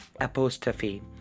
apostrophe